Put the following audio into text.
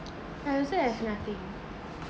I also have nothing